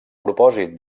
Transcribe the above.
propòsit